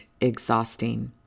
exhausting